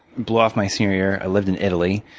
blew off my senior year. i lived in italy.